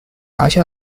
辖下